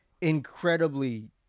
incredibly